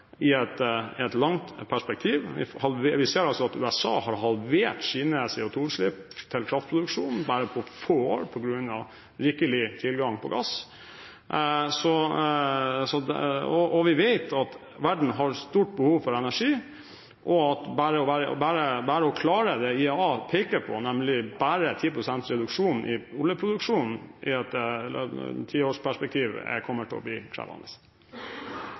i et langt perspektiv. Vi ser at USA har halvert sine CO2-utslipp til kraftproduksjon bare på få år på grunn av rikelig tilgang på gass. Og vi vet at verden har et stort behov for energi, og å klare det IEA peker på, nemlig bare 10 pst. reduksjon i oljeproduksjonen i et tiårsperspektiv, kommer til å bli krevende.